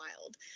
wild